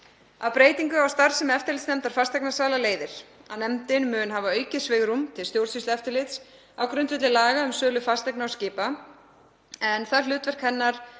það hlutverk hennar